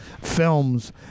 films